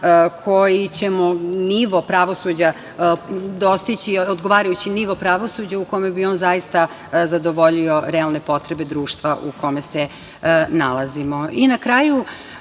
koji ćemo dostići odgovarajući nivo pravosuđa u kome bi on zaista zadovoljio realne potrebe društva u kome se nalazimo. Na